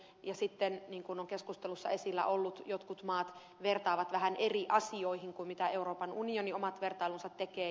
ja sitten niin kuin on keskusteluissa esillä ollut jotkut maat vertaavat vähän eri asioihin kuin miten euroopan unioni omat vertailunsa tekee